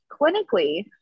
Clinically